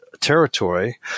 territory